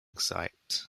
website